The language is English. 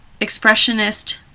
expressionist